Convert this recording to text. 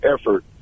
effort